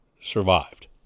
survived